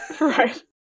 Right